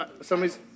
Somebody's